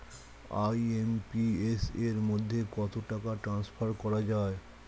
IMPS এর মাধ্যমে কত টাকা ট্রান্সফার করা যায়?